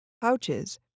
pouches